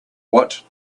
what